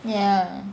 ya